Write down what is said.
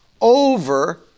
over